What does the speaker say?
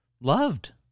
loved